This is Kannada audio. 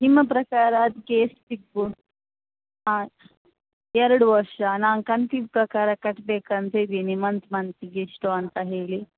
ನಿಮ್ಮ ಪ್ರಕಾರ ಅದಕ್ಕೆ ಎಷ್ಟು ಸಿಗ್ಬೊ ಹಾಂ ಎರಡು ವರ್ಷ ನಾನು ಕಂತಿನ ಪ್ರಕಾರ ಕಟ್ಬೇಕಂತ ಇದ್ದೀನಿ ಮಂತ್ ಮಂತಿಗೆ ಇಷ್ಟು ಅಂತ ಹೇಳಿ